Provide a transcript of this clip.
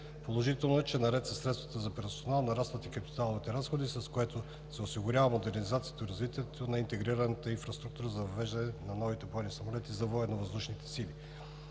Положително е, че наред със средствата за персонал нарастват и капиталовите разходи, с което се осигурява модернизацията и развитието на интегрираната инфраструктура за въвеждане на новите бойни самолети за Военновъздушните сили.